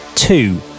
Two